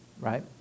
right